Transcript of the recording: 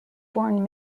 born